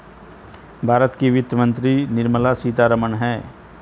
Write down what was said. भारत की वित्त मंत्री निर्मला सीतारमण है